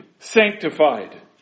sanctified